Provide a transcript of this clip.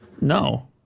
No